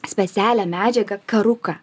specialią medžiagą karuka